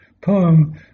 poem